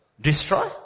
destroy